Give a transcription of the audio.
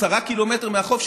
10 קילומטר מהחוף,